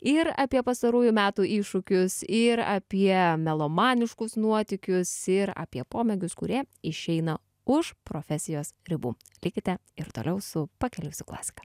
ir apie pastarųjų metų iššūkius ir apie melomaniškus nuotykius ir apie pomėgius kurie išeina už profesijos ribų likite ir toliau su pakeliui su klasika